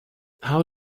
how